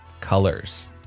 colors